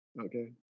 Okay